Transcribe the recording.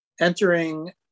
Entering